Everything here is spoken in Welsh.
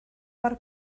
mor